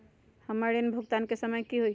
हमर ऋण भुगतान के समय कि होई?